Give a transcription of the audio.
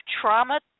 Trauma